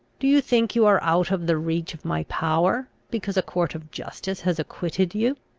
do you think you are out of the reach of my power, because a court of justice has acquitted you?